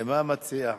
מה מציע?